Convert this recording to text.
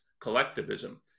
collectivism